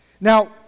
Now